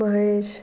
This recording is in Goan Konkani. महेश